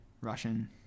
Russian